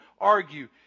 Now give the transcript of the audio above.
argue